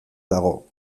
dago